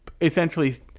essentially